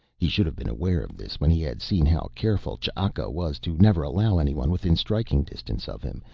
he should have been aware of this when he had seen how careful ch'aka was to never allow anyone within striking distance of him,